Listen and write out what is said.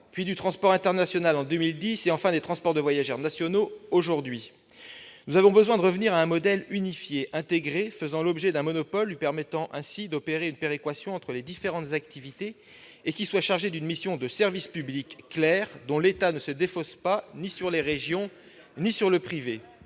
puis du transport international en 2010 et, enfin, du transport national de voyageurs aujourd'hui. Nous avons besoin de revenir à un modèle unifié, intégré, faisant l'objet d'un monopole permettant une péréquation entre les différentes activités et qui soit chargé d'une mission de service public claire, dont l'État ne se défausse ni sur les régions ni sur le privé.